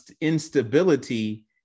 instability